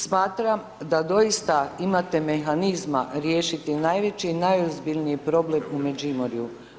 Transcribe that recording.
Smatram da doista imate mehanizma riješiti najveći i najozbiljniji problem u Međimurju.